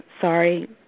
Sorry